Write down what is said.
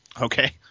Okay